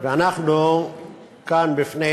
ואנחנו כאן בפני